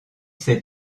sept